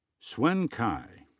xuan cai.